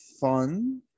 Fun